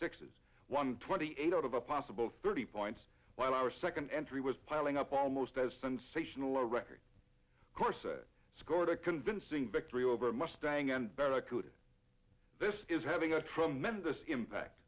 six has won twenty eight out of a possible thirty points while our second entry was piling up almost as sensational a record of course it scored a convincing victory over mustang and barracuda this is having a tremendous impact